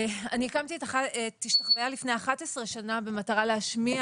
אני הקמתי את השתחוויה לפני 11 שנה במטרה להשמיע